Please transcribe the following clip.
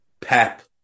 Pep